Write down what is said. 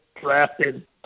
drafted